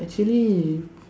actually